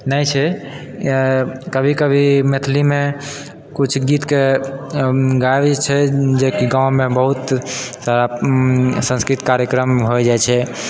नहि छै या कभी कभी मैथिलीमे कुछ गीत के गाबैै छै जेकी गाँवमे बहुत सारा संस्कृत कार्यक्रम होइ जाइ छै